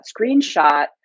screenshot